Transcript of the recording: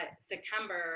September